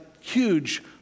huge